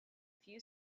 few